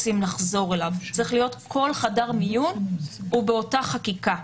זה צריך להיות כל חדר מיון ובאותה חקיקה,